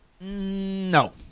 No